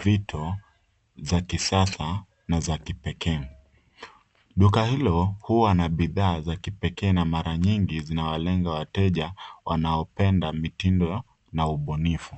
vito za kisasa na za kipekee. Duka hilo huwa na bidhaa za kipekee na mara nyingi zinawalenga wateja wanaopenda mitindo na ubunifu.